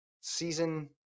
season